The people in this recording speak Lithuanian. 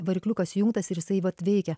varikliukas įjungtas ir jisai vat veikia